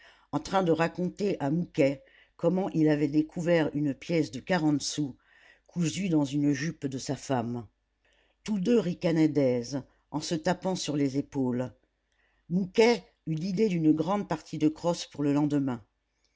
en train de raconter à mouquet comment il avait découvert une pièce de quarante sous cousue dans une jupe de sa femme tous deux ricanaient d'aise en se tapant sur les épaules mouquet eut l'idée d'une grande partie de crosse pour le lendemain